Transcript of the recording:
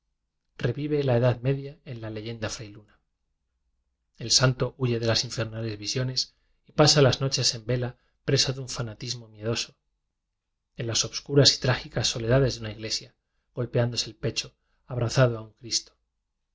revive la edad media en la leyenda frailuna el santo huye de las infernales visiones y pasa las noches en vela preso de un fanatismo miedoso en las obscuras y trágicas soledades de una igle sia golpeándose el pecho abrazado a un cristo